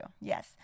Yes